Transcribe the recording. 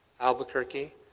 Albuquerque